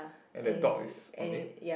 and a dog is on it